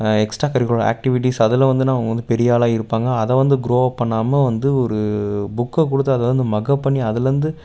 extra curricular activities அதில் வந்துன்னு அவங்க வந்து பெரிய ஆளாக இருப்பாங்க அதை வந்து குரோஅப் பண்ணாமல் வந்து ஒரு புக்கை கொடுத்து அதில் இருந்து மக்கப் பண்ணி அதுலந்து